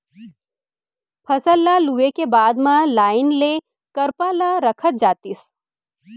फसल ल लूए के बाद म लाइन ले करपा ल रखत जातिस